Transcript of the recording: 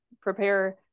prepare